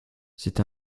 c’est